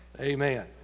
Amen